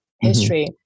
history